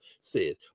says